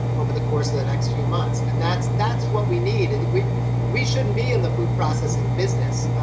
over the course of the next few months. and that's that's what we needed. we we shouldn't be in the food processing business,